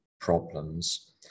problems